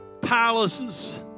palaces